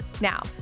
Now